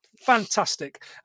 Fantastic